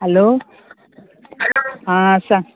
hello आ सांग